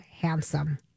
handsome